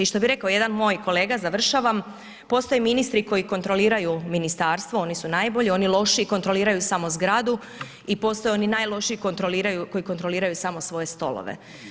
I što bi rekao jedan moj kolega, završavam, postoje ministri koji kontroliraju ministarstvo, oni su najbolji, oni lošiji kontroliraju samo zgradu i postoje oni najlošiji koji kontroliraju samo svoje stolove.